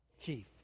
chief